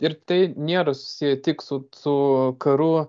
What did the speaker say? ir tai nėra susiję tik su su karu